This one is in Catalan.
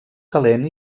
calent